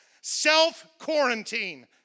self-quarantine